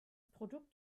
produkt